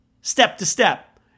step-to-step